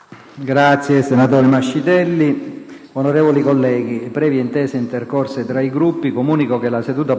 apre una nuova finestra"). Onorevoli colleghi, previe intese intercorse tra i Gruppi, comunico che la seduta di oggi